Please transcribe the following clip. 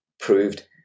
proved